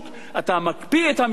אתה מקפיא את המחירים,